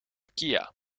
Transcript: kia